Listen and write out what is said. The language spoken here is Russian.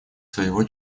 своего